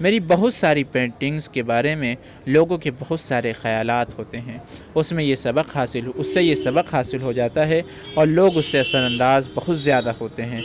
میری بہت ساری پینٹنگس کے بارے میں لوگوں کے بہت سارے خیالات ہوتے ہیں اُس میں یہ سبق حاصل اُس سے یہ سبق حاصل ہو جاتا ہے اور لوگ اُس سے اثر انداز بہت زیادہ ہوتے ہیں